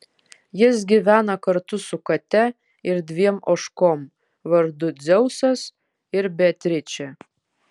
jis gyvena kartu su kate ir dviem ožkom vardu dzeusas ir beatričė